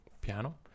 piano